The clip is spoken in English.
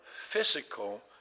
physical